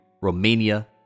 Romania